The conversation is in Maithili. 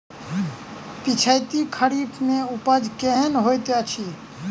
पिछैती खरीफ मे उपज केहन होइत अछि?